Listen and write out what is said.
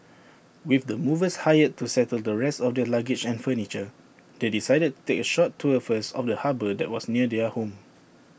with the movers hired to settle the rest of their luggage and furniture they decided to take A short tour first of the harbour that was near their home